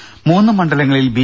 ദേദ മൂന്ന് മണ്ഡലങ്ങളിൽ ബി